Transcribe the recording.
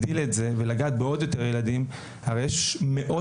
מרכזים, מאות